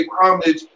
homage